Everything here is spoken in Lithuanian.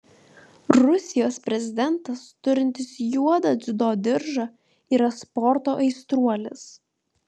rusijos prezidentas turintis juodą dziudo diržą yra sporto aistruolis